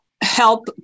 help